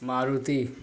Maruti